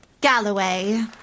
Galloway